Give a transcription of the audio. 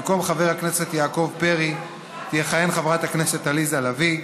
במקום חבר הכנסת לשעבר יעקב פרי תכהן חברת הכנסת עליזה לביא.